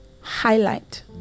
highlight